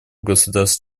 государств